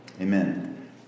Amen